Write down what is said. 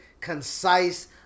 concise